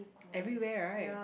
everywhere right